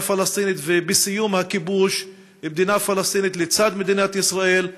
פלסטינית ובסיום הכיבוש ובמדינה פלסטינית לצד מדינת ישראל.